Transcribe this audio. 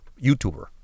YouTuber